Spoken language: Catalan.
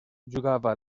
jugava